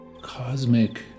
cosmic